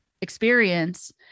experience